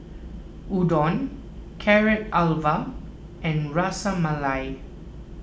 Udon Carrot Halwa and Ras Malai